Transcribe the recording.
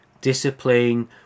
discipline